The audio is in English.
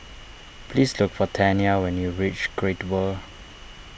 please look for Tanya when you reach Great World